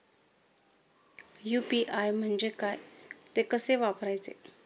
UPI म्हणजे काय, ते कसे वापरायचे?